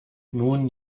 nun